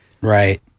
Right